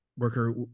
worker